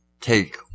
take